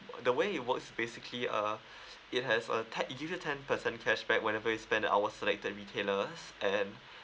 the way it works basically uh it has a ten it give you ten percent cashback whenever you spend our selected retailers and